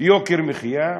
יוקר מחיה,